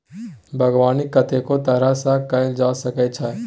बागबानी कतेको तरह सँ कएल जा सकै छै